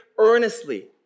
earnestly